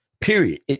period